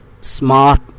smart